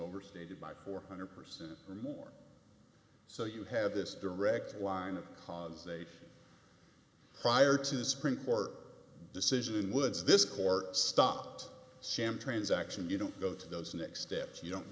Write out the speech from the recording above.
overstated by four hundred percent or more so you have this direct line of cause they prior to the supreme court decision woods this court stopped sam transaction you don't go to those next steps you don't